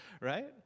right